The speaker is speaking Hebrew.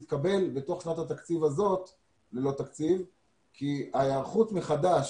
שתתקבל בתוך שנת התקציב הזאת כי ההיערכות מחדש,